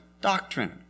doctrine